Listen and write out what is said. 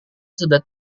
sudah